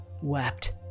wept